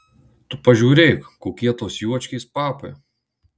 tu pažiūrėk kokie tos juočkės papai